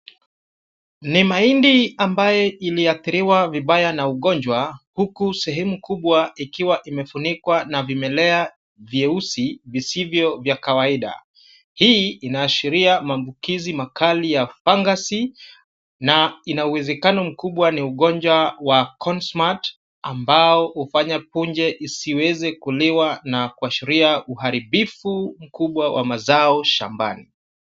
Ni mahindi ambayo iliathiriwa vibaya na ugonjwa huku sehemu kubwa ikiwa imefunikwa na vimelea vyeusi visivyo vya kawaida. Hii inaashiria maambukizi makali ya fungus na ina uwezekano mkubwa ni ugonjwa wa consmat ambao hufanya punje isiweze kuliwa na kuashiria uharibifu mkubwa wa mazao shambani.